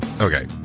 Okay